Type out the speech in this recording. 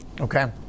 Okay